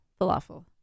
Falafel